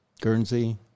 Guernsey